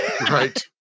right